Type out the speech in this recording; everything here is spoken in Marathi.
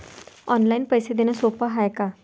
ऑनलाईन पैसे देण सोप हाय का?